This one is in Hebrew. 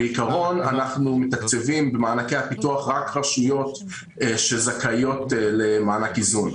בעיקרון אנחנו מתקצבים במענקי הפיתוח רק רשויות שזכאיות למענק איזון.